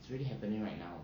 is already happening right now